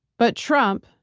but trump,